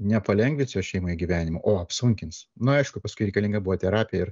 nepalengvins jos šeimai gyvenimo o apsunkins nu aišku paskui reikalinga buvo terapija ir